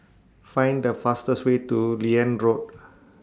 Find The fastest Way to Liane Road